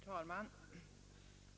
Herr talman!